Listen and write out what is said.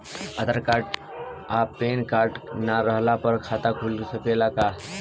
आधार card आ PAN card ना रहला पर खाता खुल सकेला का?